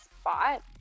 spot